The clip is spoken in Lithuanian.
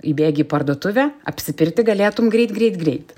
įbėgi į parduotuvę apsipirkti galėtum greit greit greit